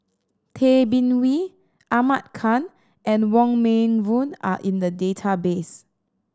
Tay Bin Wee Ahmad Khan and Wong Meng Voon are in the database